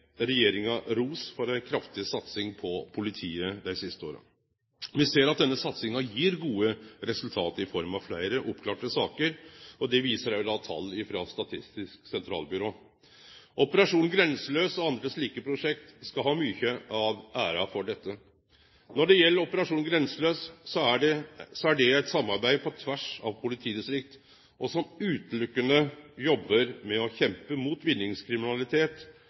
regjeringa ros for ei kraftig satsing på politiet dei siste åra. Me ser at denne satsinga gir gode resultat i form av fleire oppklarte saker, og det viser òg tal frå Statistisk sentralbyrå. Operasjon Grenseløs, og andre slike prosjekt, skal ha mykje av æra for dette. Når det gjeld Operasjon Grenseløs, er det eit samarbeid på tvers av politidistrikt der ein utelukkande jobbar med å kjempe mot vinningskriminalitet